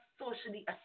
socially